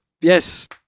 Yes